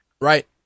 Right